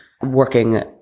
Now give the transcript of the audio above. working